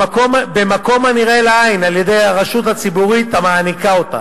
במקום הנראה לעין על-ידי הרשות הציבורית המעניקה אותה.